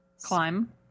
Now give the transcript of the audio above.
Climb